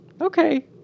Okay